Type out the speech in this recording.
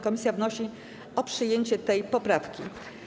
Komisja wnosi o przyjęcie tej poprawki.